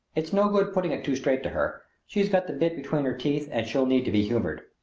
it's no good putting it too straight to her. she's got the bit between her teeth and she'll need to be humored.